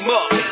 up